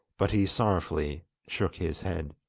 but he sorrowfully shook his head.